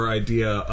idea